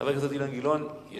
חבר הכנסת אילן גילאון ישיב.